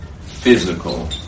physical